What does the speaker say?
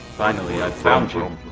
finally i've found you. i'm